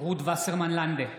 רות וסרמן לנדה,